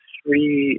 three